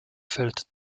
feld